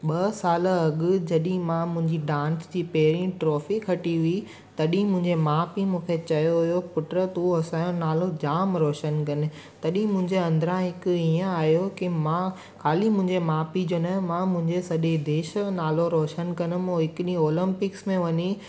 ॿ सालु अॻु जॾहिं मां मुंहिंजी डांस जी पहिरीं ट्रॉफी खटी हुई तॾहिं मुंहिंजे माउ पीउ मूंखे चयो हुयो पुटु तूं असांजो नालो जामु रोशन कंदें तॾहिं मुंहिंजे अंदिरां हिकु ईअं आयो की मां ख़ाली मुंहिंजे माउ पीउ जो नालो न मां मुंहिंजे सॼे देश जो नालो रोशन कंदुमि हिकु ॾींहुं ओलंपिक्स में वञी